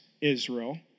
Israel